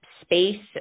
space